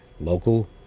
local